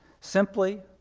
simply,